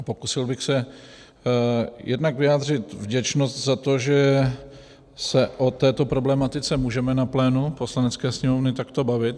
Pokusil bych se jednak vyjádřit vděčnost za to, že se o této problematice můžeme na plénu Poslanecké sněmovny takto bavit.